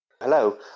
Hello